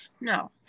No